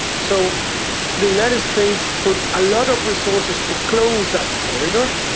so the united states put a lot of resources to close that corridor,